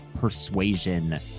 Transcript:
persuasion